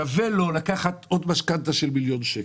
אז שווה לו לקחת עוד משכנתא של מיליון שקל.